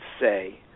say